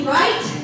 right